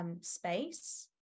space